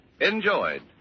enjoyed